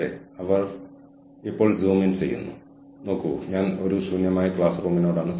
അതിനാൽ ഞങ്ങൾ വളർന്നുവന്നപ്പോൾ ഇപ്പോൾ നമുക്ക് ഒരു വാഷിംഗ് മെഷീന്റെ ഉദാഹരണത്തിൽ ഉറച്ചുനിൽക്കാം